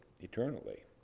eternally